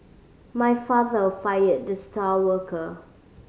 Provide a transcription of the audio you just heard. my father fired the star worker